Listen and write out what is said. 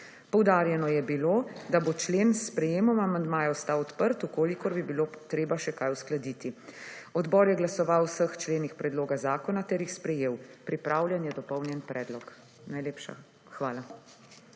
Poudarjeno je bilo, da bo člen s sprejemom amandmaja ostal odprt, v kolikor bi bilo treba še kaj uskladiti. Odbor glasoval o vseh členih Predloga zakona ter jih sprejel. Pripravljen je dopolnjen predlog. Najlepša hvala.